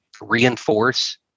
reinforce